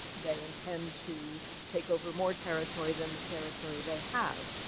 they intend to take over more territory than the territory they have.